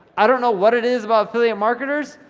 i don't know what it is about affiliate marketers,